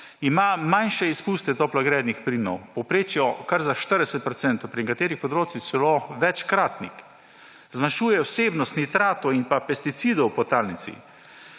Ima manjše izpuste toplogrednih plinov, v povprečju kar za 40 %, na nekaterih področjih celo večkratnik. Zmanjšuje vsebnost nitratov in pesticidov v podtalnici.